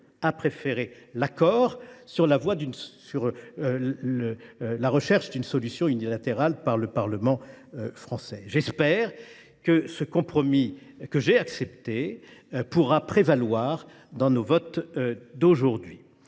à préférer l’accord à la recherche d’une solution unilatérale par le Parlement français. J’espère que ce compromis, que j’ai accepté, pourra prévaloir dans nos votes d’aujourd’hui.